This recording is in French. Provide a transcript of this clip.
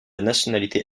nationalité